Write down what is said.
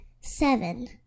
seven